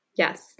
Yes